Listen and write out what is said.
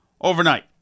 overnight